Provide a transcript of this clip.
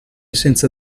senza